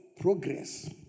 progress